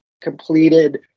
completed